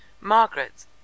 Margaret